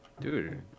Dude